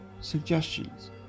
suggestions